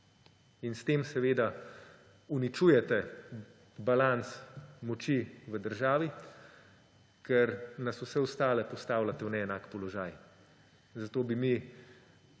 S tem seveda uničujete balans moči v državi, ker nas vse ostale postavljate v neenak položaj. Zato bi mi